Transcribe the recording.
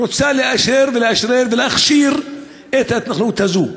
ורוצה לאשר, לאשרר ולהכשיר את ההתנחלות הזאת?